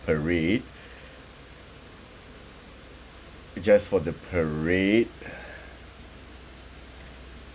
parade just for the parade